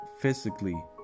physically